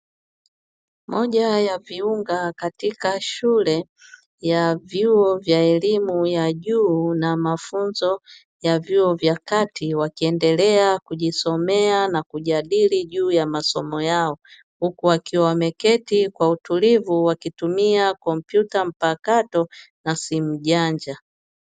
Moja ya viunga katika shule ya vyuo vya elimu ya juu na mafunzo ya vyuo vya kati, wakiendelea kujisomea na kujadili juu ya masomo yao. Huku wakiwa wameketi kwa utulivu wakitumia kompyuta mpakato, na simu janja.